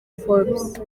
forbes